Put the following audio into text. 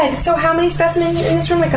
and so how many specimens in this room? like